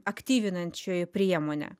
aktyvinančioji priemonė